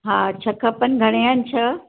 हा छह खपनि घणे आहिनि छह